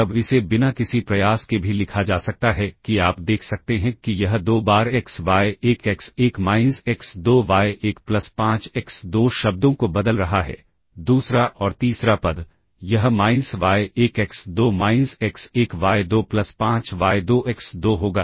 और अब इसे बिना किसी प्रयास के भी लिखा जा सकता है कि आप देख सकते हैं कि यह दो बार x y 1 x 1 minus x 2 y 1 plus 5 x 2 शब्दों को बदल रहा है दूसरा और तीसरा पद यह minus y 1 x 2 minus x 1 y 2 plus 5 y 2 x 2 होगा